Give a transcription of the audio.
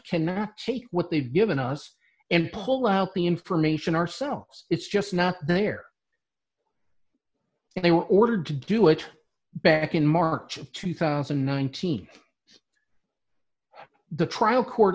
cannot take what they've given us and pull out the information ourselves it's just not there and they were ordered to do it back in march two thousand and nineteen the trial court